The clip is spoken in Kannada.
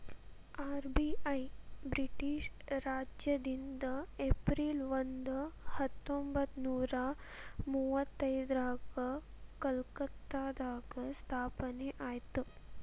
ಆರ್.ಬಿ.ಐ ಬ್ರಿಟಿಷ್ ರಾಜನಿಂದ ಏಪ್ರಿಲ್ ಒಂದ ಹತ್ತೊಂಬತ್ತನೂರ ಮುವತ್ತೈದ್ರಾಗ ಕಲ್ಕತ್ತಾದಾಗ ಸ್ಥಾಪನೆ ಆಯ್ತ್